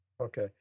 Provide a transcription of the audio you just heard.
Okay